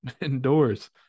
Indoors